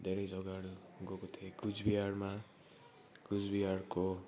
धेरै जग्गाहरू गएको थिएँ कुचबिहारमा कुचबिहारको